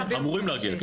אמורים להגיע.